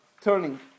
turning